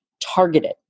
targeted